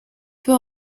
peu